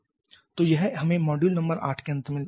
तो यह हमें मॉड्यूल नंबर 8 के अंत में ले जाता है